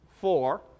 four